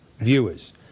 viewers